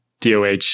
DOH